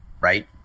right